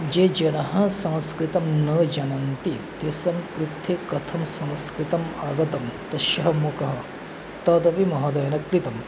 ये जनः संस्कृतं न जनन्ति तेषां कृते कथं संस्कृतम् आगतं तस्य मुखः तदपि महोदयेन कृतं